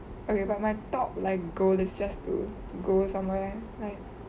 okay but my top like goal is just to go somewhere